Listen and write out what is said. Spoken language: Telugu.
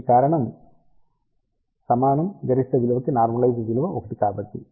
దీనికి కారణం సమానం గరిష్ట విలువకి నార్మలైజుడ్ విలువ1 కాబట్టి